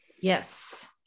Yes